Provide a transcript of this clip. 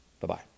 Bye-bye